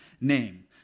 name